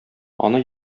аны